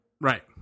Right